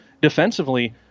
Defensively